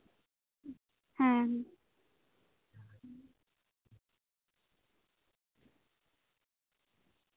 ᱦᱮᱸ